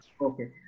Okay